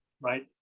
right